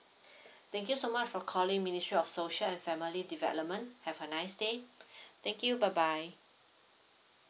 thank you so much for calling ministry of social and family development have a nice day thank you bye bye